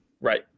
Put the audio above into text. Right